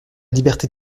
liberté